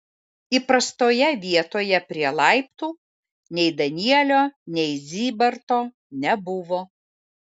įprastoje vietoje prie laiptų nei danielio nei zybarto nebuvo